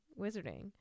wizarding